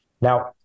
Now